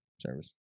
service